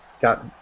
Got